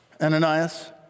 Ananias